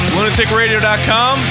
LunaticRadio.com